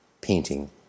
painting